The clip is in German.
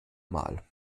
mal